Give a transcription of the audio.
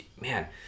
Man